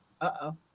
Uh-oh